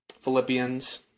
Philippians